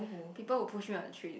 people who push me on the trains